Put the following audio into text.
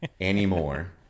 anymore